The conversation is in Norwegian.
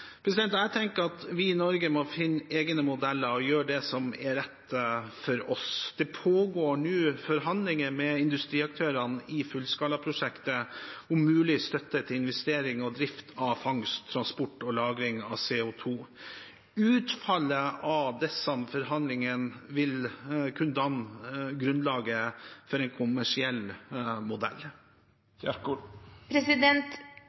Vi i Norge må finne egne modeller og gjøre det som er rett for oss. Forhandlinger pågår nå med industriaktørene i fullskalaprosjektet om mulig støtte til investering og drift av fangst, transport og lagring av CO2. Utfallet av disse forhandlingene vil kunne danne grunnlaget for en kommersiell modell.